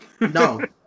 No